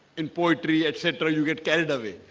in poetry etc. you get carried away.